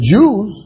Jews